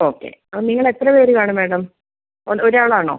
okay ആ നിങ്ങൾ എത്ര പേർ കാണും മാഡം ഒന്ന് ഒരാളാണോ